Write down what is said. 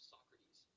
Socrates